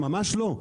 ממש לא.